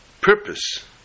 purpose